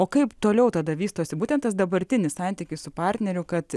o kaip toliau tada vystosi būtent tas dabartinis santykis su partneriu kad